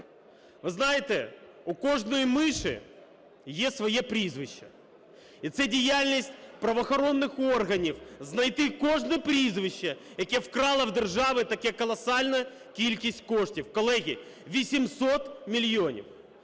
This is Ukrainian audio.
Ви знаєте, у кожної миші є своє прізвище. І це діяльність правоохоронних органів - знайти кожне прізвище, яке вкрало у держави таку колосальну кількість коштів. Колеги, 800 мільйонів!